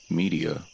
media